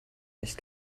nicht